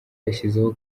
yashyizeho